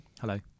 Hello